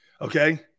Okay